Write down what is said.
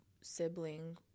sibling